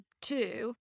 two